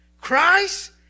Christ